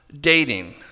dating